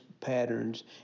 patterns